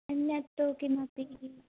अन्यत्तु किमपि